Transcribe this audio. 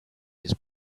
his